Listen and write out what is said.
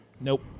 Nope